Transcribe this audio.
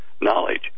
knowledge